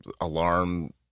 Alarm